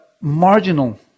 marginal